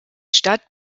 stadt